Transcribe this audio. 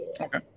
Okay